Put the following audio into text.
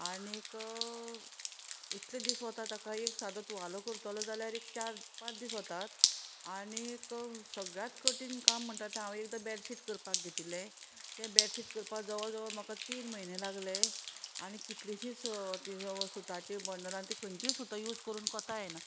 आनीक इतले दीस वता ताका एक सादो तुवालो करतलो जाल्यार एक चार पांच दीस वतात आनीक सगळ्यांत कठीण काम म्हणटात तें हांवें एकदां बेडशीट करपाक घेतिल्लें तें बेडशीट करपाक जवळ जवळ म्हाका तीन म्हयने लागले आनी कितलीशींच तीं सुताची बंडला आनी तीं खंयचीं सुतां यूज करून कोता येना